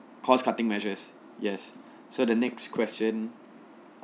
cost cutting measures yes so the next question